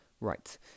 Right